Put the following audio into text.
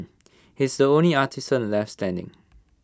he is the only artisan left standing